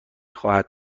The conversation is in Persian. خواهد